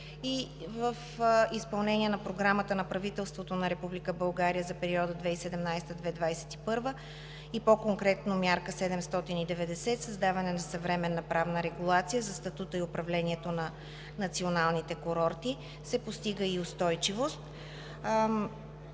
и в изпълнение на Програмата на правителството на Република България за периода 2017 – 2021 г. и по-конкретно „Мярка 790: Създаване на съвременна правна регулация за статута и управлението на националните курорти“, се постига и устойчивост.